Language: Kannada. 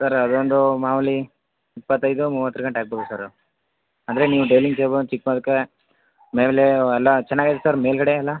ಸರ್ ಅರೌಂಡು ಮಾಮೂಲಿ ಇಪ್ಪತೈದು ಮೂವತ್ತು ಗಂಟೆ ಆಗಬಹುದು ಸರ್ ಅಂದರೆ ನೀವು ಡೈನಿಂಗ್ ಟೇಬಲ್ ಚಿಕ್ದು ಮಾಡೋಕ್ಕೆ ಮೇಲೆ ಅವೆಲ್ಲ ಚೆನ್ನಾಗಿದ್ಯಾ ಸರ್ ಮೇಲುಗಡೆ ಎಲ್ಲ